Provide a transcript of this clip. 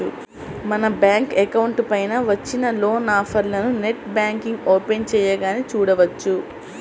మన bank account పైన వచ్చిన లోన్ ఆఫర్లను నెట్ బ్యాంకింగ్ ఓపెన్ చేయగానే చూడవచ్చు